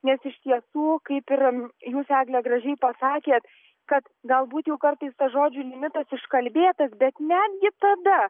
nes iš tiesų kaip ir jūs egle gražiai pasakėt kad galbūt jau kartais tas žodžių limitas iškalbėtas bet netgi tada